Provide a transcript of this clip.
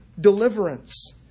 deliverance